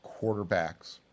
quarterbacks